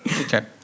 Okay